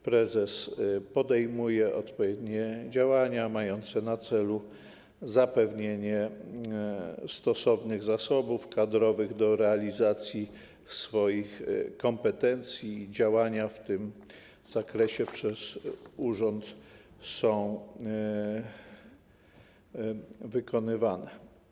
Prezes podejmuje odpowiednie działania mające na celu zapewnienie stosownych zasobów kadrowych do realizacji swoich kompetencji i działania w tym zakresie są przez urząd wykonywane.